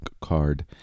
card